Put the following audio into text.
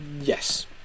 Yes